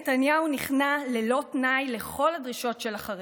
נתניהו נכנע ללא תנאי לכל הדרישות של החרדים,